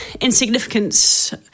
insignificance